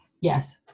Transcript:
yes